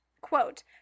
quote